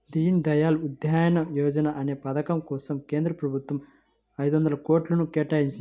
దీన్ దయాళ్ ఉపాధ్యాయ యోజనా అనే పథకం కోసం కేంద్ర ప్రభుత్వం ఐదొందల కోట్లను కేటాయించింది